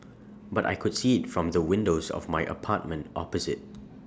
but I could see IT from the windows of my apartment opposite